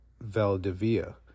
Valdivia